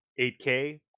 8K